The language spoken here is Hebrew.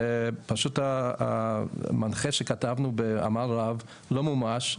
ופשוט המנחה שכתבנו בעמל רב לא מומש,